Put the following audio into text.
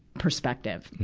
perspective.